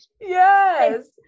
Yes